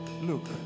look